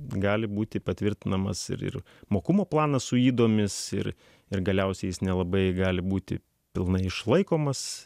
gali būti patvirtinamas ir mokumo planas su ydomis ir ir galiausiai jis nelabai gali būti pilnai išlaikomas